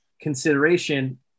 consideration